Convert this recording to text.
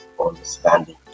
understanding